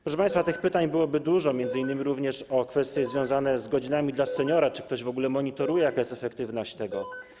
Proszę państwa, tych pytań byłoby dużo, m.in. również o kwestie związane z godzinami dla seniora, czy ktoś w ogóle monitoruje, jaka jest efektywność tego.